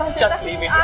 just leave me.